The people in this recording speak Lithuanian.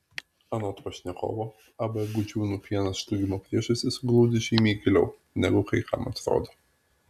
anot pašnekovo ab gudžiūnų pienas žlugimo priežastys glūdi žymiai giliau negu kai kam atrodo